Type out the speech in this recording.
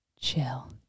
Chill